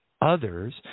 others